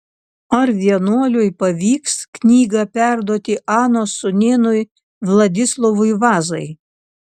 ar vienuoliui pavyks knygą perduoti anos sūnėnui vladislovui vazai